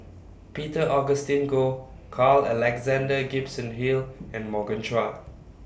Peter Augustine Goh Carl Alexander Gibson Hill and Morgan Chua